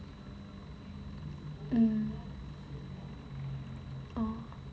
mm oh